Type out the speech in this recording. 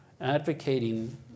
advocating